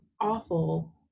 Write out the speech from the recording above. awful